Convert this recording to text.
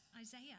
Isaiah